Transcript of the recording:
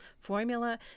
Formula